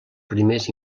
primers